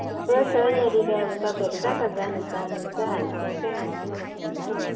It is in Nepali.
थुप्रो छ यहाँनिर अब तपाईँहरू कहाँ कहाँ जानु चाहनुहुन्छ हामी त्यहीँ त्यही लान्छौँ तपाईँहरूलाई